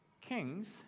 kings